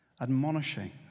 admonishing